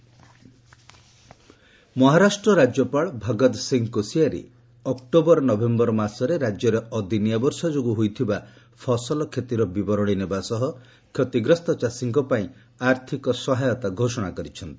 ମହା ଫାମର୍ସ ମହାରଷ୍ଟ୍ର ରାଜ୍ୟପାଳ Bhagat Singh Koshyari October November ମାସରେ ରାଜ୍ୟରେ ଅଦିନିଆ ବର୍ଷା ଯୋଗୁଁ ହୋଇଥିବା ଫସଲ କ୍ଷତିର ବିବରଣୀ ନେବା ସହ କ୍ଷତିଗ୍ରସ୍ତ ଚାଷୀଙ୍କ ପାଇଁ ଆର୍ଥିକ ସହାୟତା ଘୋଷଣା କରିଛନ୍ତି